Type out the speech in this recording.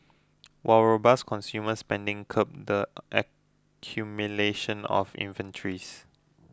while robust consumer spending curbed the accumulation of inventories